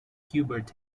gilbert